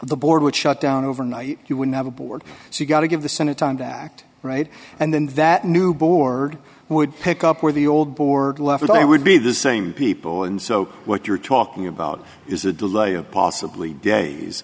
the board would shut down overnight you wouldn't have a board so you got to give the senate time to act right and then that new board would pick up where the old board left i would be the same people and so what you're talking about is a delay of possibly days